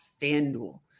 FanDuel